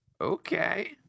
Okay